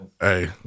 Hey